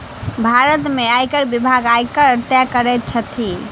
भारत में आयकर विभाग, आयकर तय करैत अछि